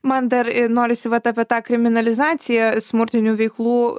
man dar ir norisi vat apie tą kriminalizaciją smurtinių veiklų